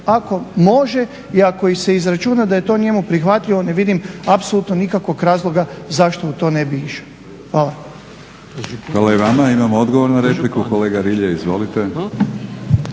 Ako može i ako se izračuna da je to njemu prihvatljivo ne vidim apsolutno nikakvog razloga zašto u to ne bi išao. Hvala. **Batinić, Milorad (HNS)** Hvala i vama. Imamo odgovor na repliku, kolega Rilje izvolite.